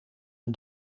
een